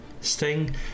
sting